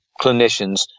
clinicians